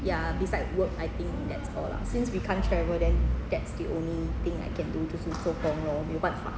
ya beside work I think that's all lah since we can't travel then that's the only thing I can do 就是做工 lor 没有办法